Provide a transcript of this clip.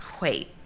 Wait